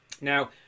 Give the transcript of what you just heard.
Now